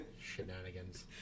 shenanigans